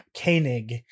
Koenig